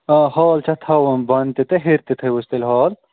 آ ہال چھِ اَتھ تھاوُن بۄنہٕ تہِ تہٕ ہیٚرِ تہِ تھٲیوُس تیٚلہِ ہال